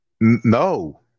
No